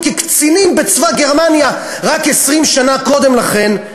כקצינים בצבא גרמניה רק 20 שנה קודם לכן,